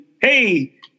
hey